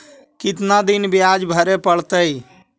कितना दिन बियाज भरे परतैय?